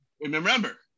Remember